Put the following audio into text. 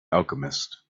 alchemist